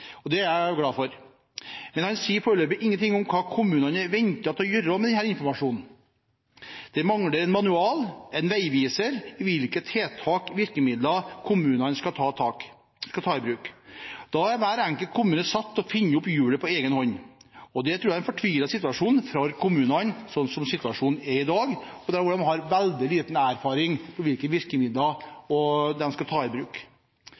Det er jeg glad for. Men han sier foreløpig ingenting om hva kommunene er ventet å gjøre med denne informasjonen. De mangler en manual, en veiviser i hvilke tiltak eller virkemidler kommunene skal ta i bruk. Da er hver enkelt kommune satt til å finne opp hjulet på egenhånd. Det tror jeg er en fortvilet situasjon for kommunene, slik situasjonen er i dag, der de har veldig liten erfaring for hvilke virkemidler de skal ta i bruk.